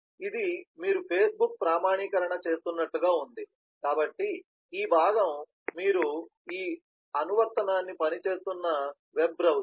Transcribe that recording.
ఇది మీరు ఫేస్బుక్ ప్రామాణీకరణ చేస్తున్నట్లుగా ఉంది కాబట్టి ఈ భాగం మీరు ఈ అనువర్తనాన్ని పని చేస్తున్న వెబ్ బ్రౌజర్